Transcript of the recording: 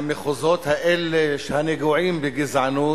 והמחוזות האלה, הנגועים בגזענות,